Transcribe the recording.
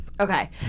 Okay